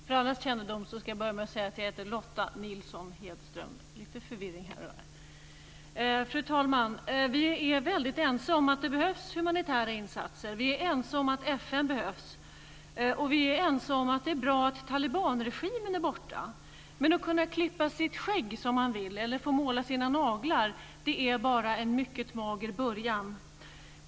Fru talman! Vi är väldigt ense om att det behövs humanitära insatser. Vi är ense om att FN behövs och om att det är bra att talibanregimen är borta. Men att kunna klippa sitt skägg som man vill eller att få måla sina naglar är bara en mycket mager början.